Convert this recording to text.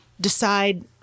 decide